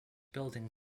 building